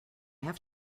have